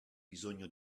bisogno